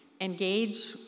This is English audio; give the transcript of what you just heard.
engage